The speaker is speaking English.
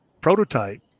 prototype